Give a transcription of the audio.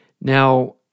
Now